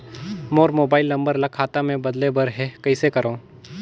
मोर mobile number ल खाता मे बदले बर हे कइसे करव?